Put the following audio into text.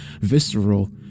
visceral